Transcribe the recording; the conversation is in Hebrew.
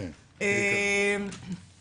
כן, עיקר הבעיה.